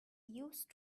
used